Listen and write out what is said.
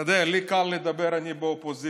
אתה יודע, לי קל לדבר, אני באופוזיציה,